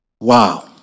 Wow